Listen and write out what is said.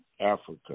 Africa